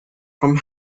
from